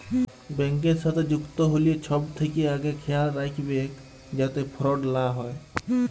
ব্যাংকের সাথে যুক্ত হ্যলে ছব থ্যাকে আগে খেয়াল রাইখবেক যাতে ফরড লা হ্যয়